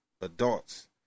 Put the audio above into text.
adults